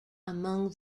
among